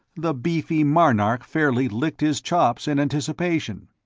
the beefy marnark fairly licked his chops in anticipation.